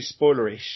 spoilerish